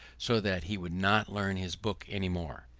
so that he would not learn his book any more!